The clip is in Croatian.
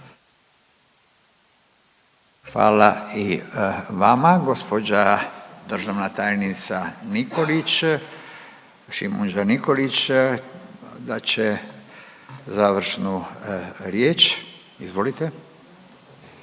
Hvala i vama. Gđa državna tajnica Nikolić, Šimundža-Nikolić dat će završnu riječ. Izvolite.